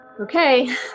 okay